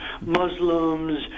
Muslims